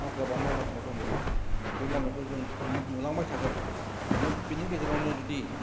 हावगाबा मावलांनांगौ दंबावयो बे मावलांनायखौ जों नुलांबाय थागोन दा बेनि गेजेरावनो जुदि